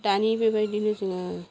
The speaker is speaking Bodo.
दानि बेबायदिनो जोङो